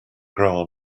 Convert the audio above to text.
grow